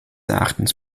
erachtens